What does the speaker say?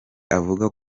avuga